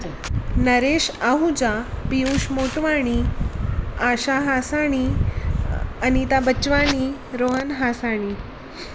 Naresh Ahuja Piyush Motwani Asha Hasani Anita Bachwani Rohan Hasani